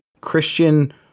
Christian